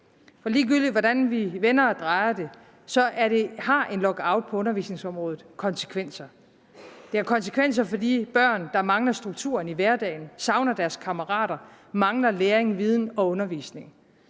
for ligegyldigt hvordan vi vender og drejer det, har en lockout på undervisningsområdet konsekvenser. Det har konsekvenser for de børn, der mangler strukturen i hverdagen, savner deres kammerater, mangler læring, viden og undervisning.